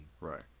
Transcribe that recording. Right